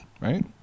right